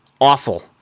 awful